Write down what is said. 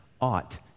ought